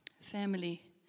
family